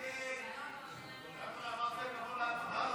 הסתייגות 14 לא נתקבלה.